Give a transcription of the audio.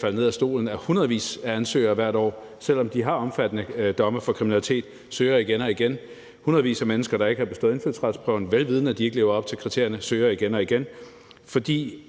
der hvert år er hundredvis af ansøgere, som søger igen og igen, selv om de har omfattende domme for kriminalitet, og der er hundredvis af mennesker, der ikke har bestået indfødsretsprøven, vel vidende at de ikke lever op til kriterierne, som søger igen og igen. Det